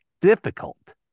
difficult